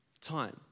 time